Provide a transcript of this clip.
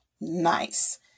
nice